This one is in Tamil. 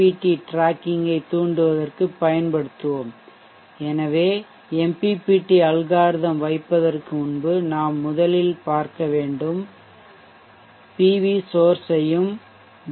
டி டிராக்கிங்கைத் தூண்டுவதற்குப் பயன்படுத்துவோம் எனவே MPPT algorithm வைப்பதற்கு முன்பு நாம் முதலில் பார்க்க வேண்டும் PV சோர்ஷ் ஐயும் டி